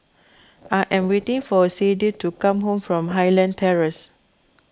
I am waiting for Sadye to come back from Highland Terrace